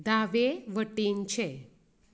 दावे वटेनचें